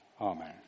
Amen